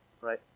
right